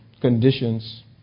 conditions